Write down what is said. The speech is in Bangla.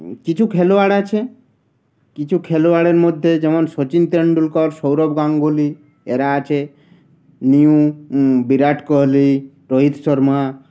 কিছু খেলোয়াড় আছে কিছু খেলোয়াড়ের মধ্যে যেমন সচিন তেন্ডুলকর সৌরভ গাঙ্গুলি এরা আছে নিউ বিরাট কোহলি রোহিত শর্মা